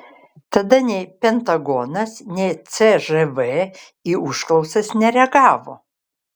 tada nei pentagonas nei cžv į užklausas nereagavo